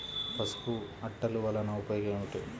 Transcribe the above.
పసుపు అట్టలు వలన ఉపయోగం ఏమిటి?